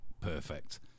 perfect